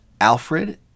Alfred